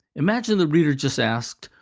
imagine the reader just asked,